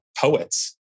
poets